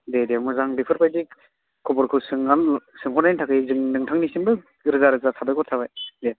दे दे मोजां बेफोर बायदि खबरखौ सोंनानै सोंहरनायनि थाखाय जों नोंथांनिसिमबो रोजा रोजा साबायखर थाबाय दे